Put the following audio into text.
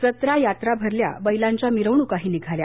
जत्रा यात्रा भरल्या बैलांच्या मिरवणुका निघाल्या